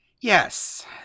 Yes